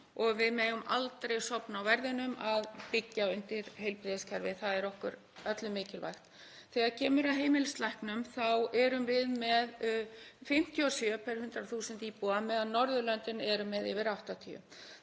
Við megum aldrei sofna á verðinum við að byggja undir heilbrigðiskerfið, það er okkur öllum mikilvægt. Þegar kemur að heimilislæknum þá erum við með 57 á 100.000 íbúa meðan Norðurlöndin eru með yfir 80